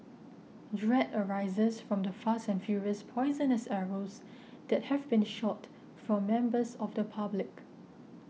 dread arises from the fast and furious poisonous arrows that have been shot from members of the public